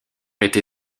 été